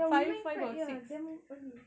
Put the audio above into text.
ya we went quite ya damn early